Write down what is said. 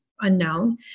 unknown